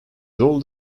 old